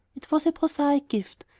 it was a prosaic gift,